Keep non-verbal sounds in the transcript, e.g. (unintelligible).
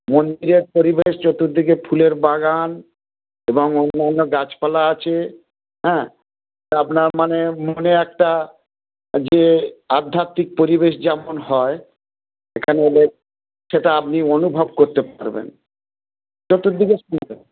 মন্দিরের পরিবেশ চতুর্দিকে ফুলের বাগান এবং অন্যান্য গাছপালা আছে হ্যাঁ আপনার মানে মনে একটা যে আধ্যাত্মিক পরিবেশ যেমন হয় সেখানে এলে সেটা আপনি অনুভব করতে পারবেন চর্তুর্দিকে (unintelligible)